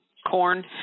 Corn